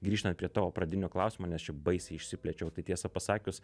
grįžtant prie tavo pradinio klausimo nes čia baisiai išsiplėčiau tai tiesą pasakius